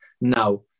Now